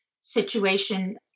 situation